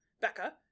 Becca